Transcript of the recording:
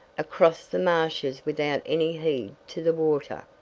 across the marshes without any heed to the water,